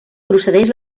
procedeix